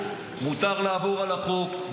מותר לעבור על החוק,